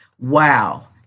Wow